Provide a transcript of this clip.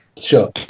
Sure